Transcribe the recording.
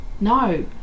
No